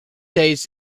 days